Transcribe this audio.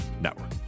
network